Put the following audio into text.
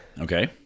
Okay